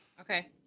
Okay